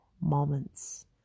moments